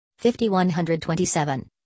5127